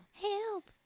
Help